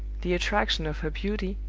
the attraction of her beauty,